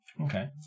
Okay